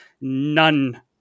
none